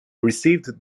received